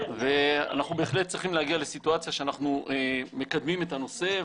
ואנחנו בהחלט צריכים להגיע לסיטואציה שאנחנו מקדמים את הנושא.